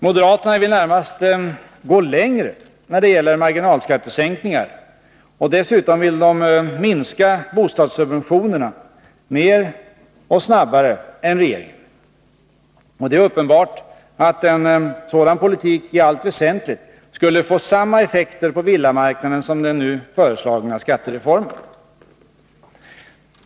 Moderaterna vill närmast gå längre när det gäller marginalskattesänkningar, och dessutom vill de minska bostadssubventionerna mer och snabbare än regeringen. Det är uppenbart att en sådan politik i allt väsentligt skulle få samma effekter på villamarknaden som den nu föreslagna skattereformen.